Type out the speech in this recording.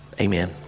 Amen